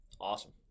Awesome